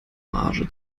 marge